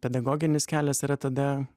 pedagoginis kelias yra tada